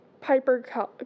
Piper